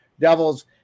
Devils